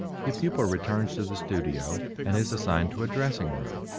the pupil returns to the studio and is assigned to a dressing room.